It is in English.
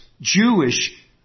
Jewish